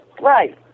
Right